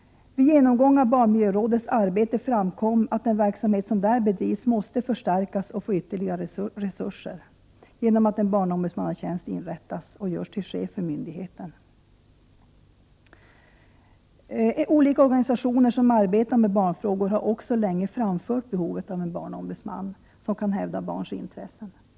Vid en genomgång av barnmiljörådets arbete har det framkommit att den verksamhet som där bedrivs måste förstärkas och få ytterligare resurser, genom att en barnombudsmannatjänst inrättas. Barnombudsmannen skulle vara chef för myndigheten. Olika organisationer som arbetar med barnfrågor har länge pekat på behovet av en barnombudsman som kan hävda barns intressen. Herr talman!